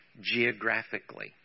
geographically